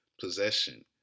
possession